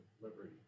liberty